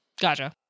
Gotcha